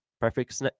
Perfect